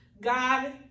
God